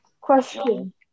question